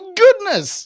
goodness